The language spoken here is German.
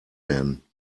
werden